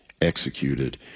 executed